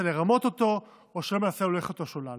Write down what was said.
לרמות אותו או שלא מנסה להוליך אותו שולל.